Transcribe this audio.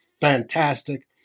fantastic